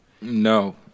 no